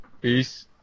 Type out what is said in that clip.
Peace